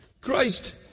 Christ